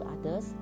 others